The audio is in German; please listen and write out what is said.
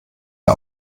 der